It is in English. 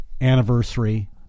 anniversary